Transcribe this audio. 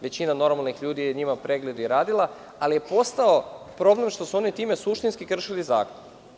Većina normalnih ljudi je njima pregled i radila, ali je postao problem što su oni time suštinski kršili zakon.